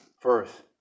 First